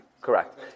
Correct